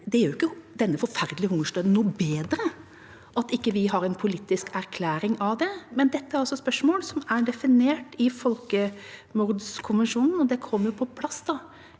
Det gjør ikke denne forferdelige hungersnøden noe bedre at vi ikke har en politisk erklæring om det, men dette er altså spørsmål som er definert i folkemordkonvensjonen, som kom på plass